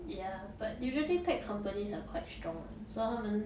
ya but usually tech companies are quite strong so 他们